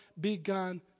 began